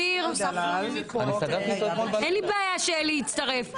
אין לי בעיה שאלי יצטרף.